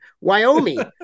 Wyoming